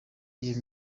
iyo